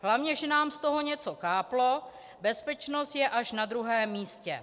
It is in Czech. Hlavně že nám z toho něco káplo, bezpečnost je až na druhém místě!